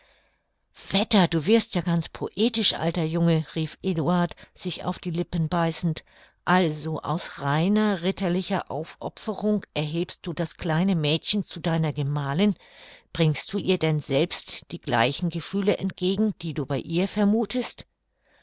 wetter du wirst ja ganz poetisch alter junge rief eduard sich auf die lippen beißend also aus reiner ritterlicher aufopferung erhebst du das kleine mädchen zu deiner gemahlin bringst du ihr denn selbst die gleichen gefühle entgegen die du bei ihr vermuthest